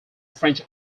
french